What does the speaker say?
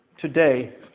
Today